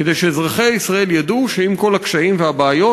כדי שאזרחי ישראל ידעו שעם כל הקשיים והבעיות,